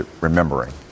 remembering